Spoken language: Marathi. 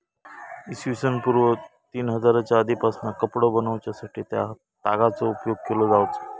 इ.स पूर्व तीन हजारच्या आदीपासना कपडो बनवच्यासाठी तागाचो उपयोग केलो जावचो